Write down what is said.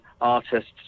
artists